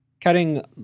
cutting